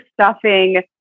stuffing